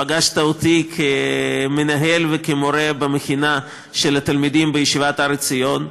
ופגשת אותי כמנהל וכמורה במכינה של התלמידים בישיבת הר-ציון,